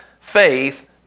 faith